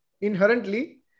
inherently